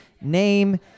name